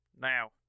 Now